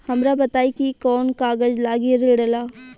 हमरा बताई कि कौन कागज लागी ऋण ला?